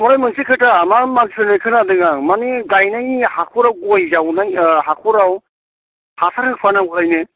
बेवहाय मोनसे खोथा मा मानसिफोरनिफ्राय खोनादों आं माने गायनायनि हाखराव गय जावनाय हाखराव हासार होफा नांगौलायनो